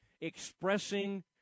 expressing –